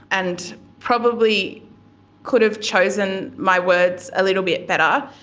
and probably could have chosen my words a little bit better.